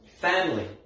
family